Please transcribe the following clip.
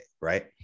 right